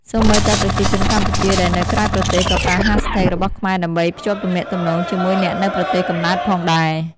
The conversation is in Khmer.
សូម្បីតែប្រជាជនកម្ពុជាដែលនៅក្រៅប្រទេសក៏ប្រើ hashtags របស់ខ្មែរដើម្បីភ្ជាប់ទំនាក់ទំនងជាមួយអ្នកនៅប្រទេសកំណើតផងដែរ។